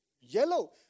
yellow